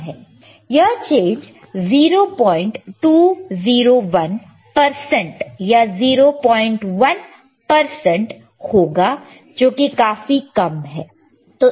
यह change 0201 percent या 01 percent होगा जो कि काफी कम है